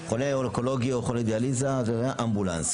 חולה אונקולוגי או חולה דיאליזה אמבולנס.